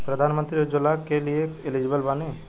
प्रधानमंत्री उज्जवला योजना के लिए एलिजिबल बानी?